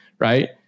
Right